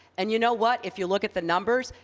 and you know what? if you look at the numbers,